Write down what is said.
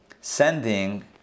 sending